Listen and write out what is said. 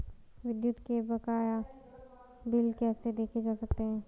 विद्युत के बकाया बिल कैसे देखे जा सकते हैं?